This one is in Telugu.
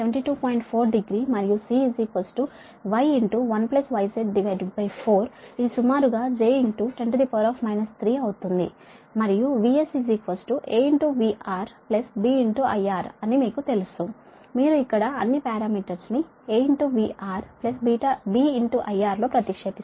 4 డిగ్రీ మరియు C Y 1 YZ4 ఇది సుమారుగా j 10 3 అవుతుంది మరియు VS AVR B IR అని మీకు తెలుసు మీరు ఇక్కడ అన్ని పారామీటర్స్ ను AVR B IR లో ప్రతిక్షేపిస్తారు